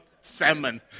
salmon